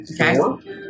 Okay